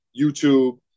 YouTube